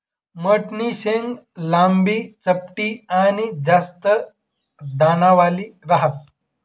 मठनी शेंग लांबी, चपटी आनी जास्त दानावाली ह्रास